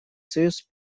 союз